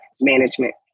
management